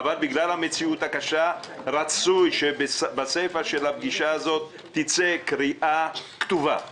אבל בגלל המציאות הקשה רצוי שבסיפא של הפגישה הזו תצא קריאה כתובה שאנו,